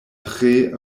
tre